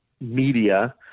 media